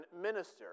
minister